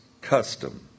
custom